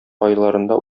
айларында